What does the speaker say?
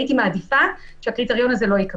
הייתי מעדיפה שהקריטריון הזה לא ייקבע.